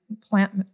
plant